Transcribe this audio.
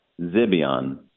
Zibion